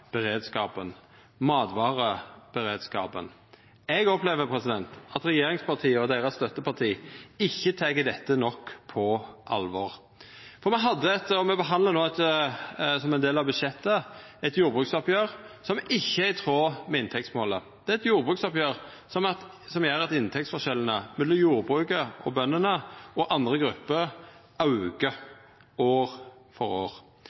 beredskapen, matvareberedskapen. Eg opplever at regjeringspartia og deira støtteparti ikkje tek dette nok på alvor. Me behandla som ein del av budsjettet eit jordbruksoppgjer som ikkje er i tråd med inntektsmålet. Det er eit jordbruksoppgjer som gjer at inntektsforskjellane mellom jordbruket og bøndene og andre grupper aukar år for år.